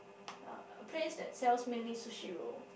yeah a place that sells mainly Sushi roll